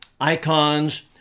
icons